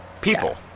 people